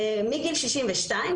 מגיל 62,